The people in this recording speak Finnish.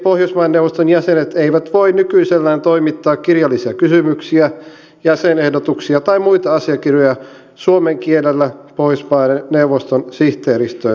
suomenkieliset pohjoismaiden neuvoston jäsenet eivät voi nykyisellään toimittaa kirjallisia kysymyksiä jäsenehdotuksia tai muita asiakirjoja suomen kielellä pohjoismaiden neuvoston sihteeristöön käsiteltäviksi